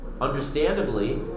Understandably